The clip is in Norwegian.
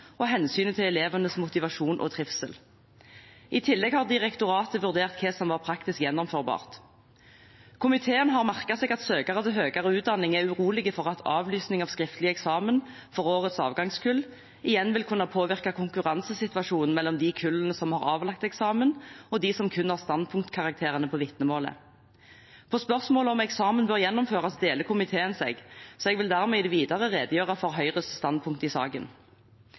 og hensynet til elevenes motivasjon og trivsel. I tillegg har direktoratet vurdert hva som var praktisk gjennomførbart. Komiteen har merket seg at søkere til høyere utdanning er urolige for at avlysning av skriftlig eksamen for årets avgangskull igjen vil kunne påvirke konkurransesituasjonen mellom de kullene som har avlagt eksamen, og de som kun har standpunktkarakterene på vitnemålet. På spørsmål om eksamen bør gjennomføres, deler komiteen seg, så jeg vil dermed i det videre redegjøre for Høyres standpunkt i saken.